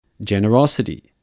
Generosity